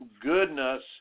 goodness